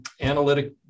analytic